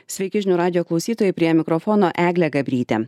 sveiki žinių radijo klausytojai prie mikrofono eglė gabrytė